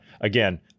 again